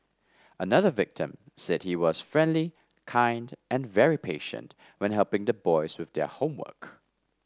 another victim said he was friendly kind and very patient when helping the boys with their homework